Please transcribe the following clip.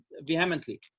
vehemently